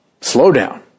slowdown